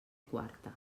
quarta